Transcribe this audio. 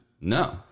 No